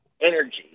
energy